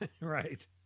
Right